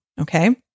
Okay